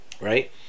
Right